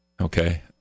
Okay